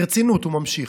ברצינות, הוא ממשיך: